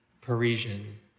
Parisian